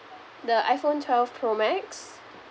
the iphone twelve pro max